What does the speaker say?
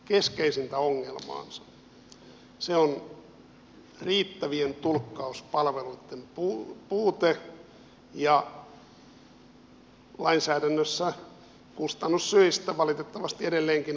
se on riittävien tulkkauspalveluitten puute ja lainsäädännössä kustannussyistä valitettavasti edelleenkin oleva rajoite niitten palveluitten käyttöön